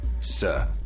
sir